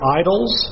idols